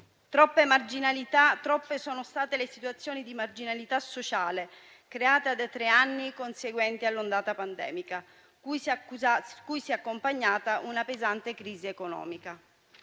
Troppe sono state le situazioni di marginalità sociale create dai tre anni conseguenti all'ondata pandemica, cui si è accompagnata una pesante crisi economica.